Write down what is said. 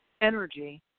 energy